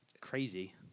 crazy